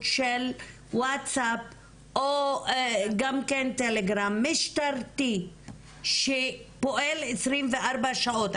של ווטסאפ או גם טלגרם משטרתי שפועל 24 שעות.